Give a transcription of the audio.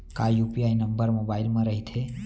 का UPI number mobile म रहिथे?